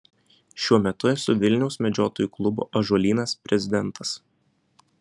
šiuo metu esu vilniaus medžiotojų klubo ąžuolynas prezidentas